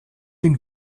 den